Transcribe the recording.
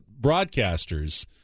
broadcasters